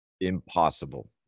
impossible